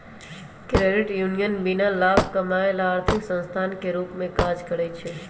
credit union बीना लाभ कमायब ला आर्थिक संस्थान के रूप में काज़ करइ छै